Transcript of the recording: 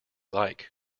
like